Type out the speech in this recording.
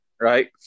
Right